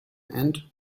and